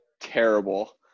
terrible